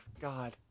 god